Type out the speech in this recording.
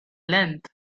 length